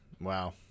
wow